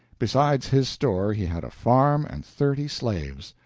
besides his store he had a farm and thirty slaves.